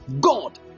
God